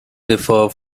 differ